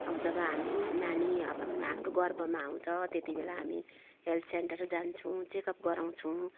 अब जब हामी नानी अब हाम हाम्रो गर्भमा आउँछ त्यति बेला हामी हेल्थ सेन्टर जान्छौँ चेकअप गराउछौँ